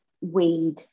weed